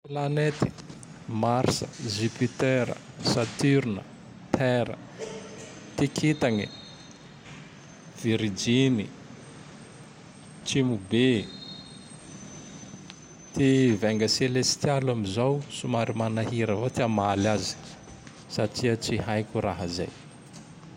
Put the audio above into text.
Planèty: Marsa, Jipitèra, Satirna, Tèrra. Ty kitagne: virijiny, trimobe. Ty vainga selestialy am zao, somary manahira avao ty hamaly azy satria tsy haiko raha zay.